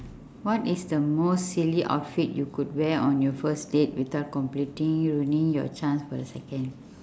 what is the most silly outfit you could wear on your first date without completely ruining your chance for a second